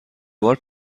بار